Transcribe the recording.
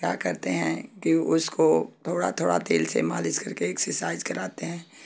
क्या करते हैं कि उसको थोड़ा थोड़ा तेल से मालिश करके एक्सरसाइज कराते हैं